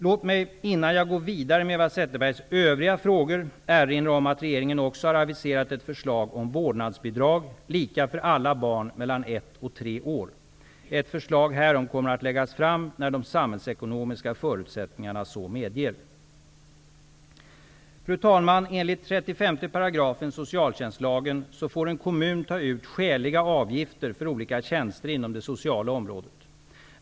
Låt mig, innan jag går vidare med Eva Zetterbergs övriga frågor, erinra om att regeringen också har aviserat ett förslag om vårdnadsbidrag, lika för alla barn mellan ett och tre år. Ett förslag härom kommer att läggas fram när de samhällsekonomiska förutsättningarna så medger. Fru talman! Enligt 35 § socialtjänstlagen får en kommun ta ut skäliga avgifter för olika tjänster inom det sociala området.